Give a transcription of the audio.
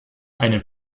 einen